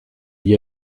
gli